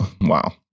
Wow